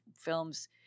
films